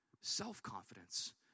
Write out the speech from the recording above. Self-confidence